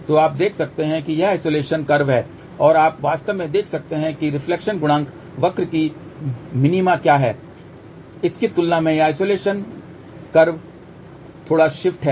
तो आप देख सकते हैं कि यह आइसोलेशन कर्व है और आप वास्तव में देख सकते हैं कि रिफ्लेक्शन गुणांक वक्र की मिनिमा क्या है इसकी तुलना में यह आइसोलेशन कर्व थोड़ा शिफ्ट है